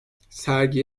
sergi